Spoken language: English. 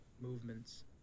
movements